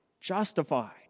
justified